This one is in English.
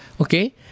okay